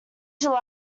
july